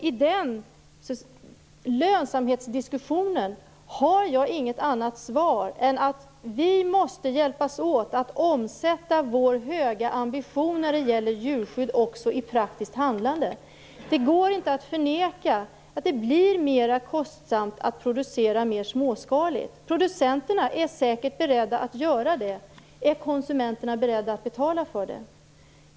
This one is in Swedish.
I lönsamhetsdiskussionen har jag bara svaret att vi när det gäller djurskyddet måste hjälpas åt med att omsätta vår höga ambition i praktiskt handlande. Det går inte att förneka att det blir mera kostsamt att producera mera småskaligt. Producenterna är säkert beredda på att göra det, men är konsumenterna beredda att betala för det?